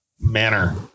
manner